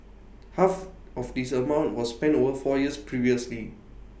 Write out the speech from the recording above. half of this amount was spent over four years previously